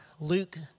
Luke